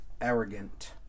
arrogant